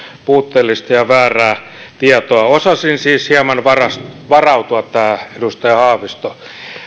puutteellista ja väärää tietoa osasin siis hieman varautua varautua tähän edustaja haavisto